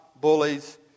bullies